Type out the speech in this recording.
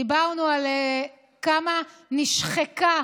דיברנו על כמה נשחקה